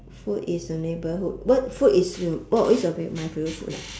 food is the neighborhood what food is what is my favourite food ah